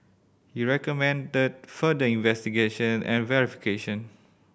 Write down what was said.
he recommended further investigation and verification